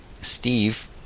Steve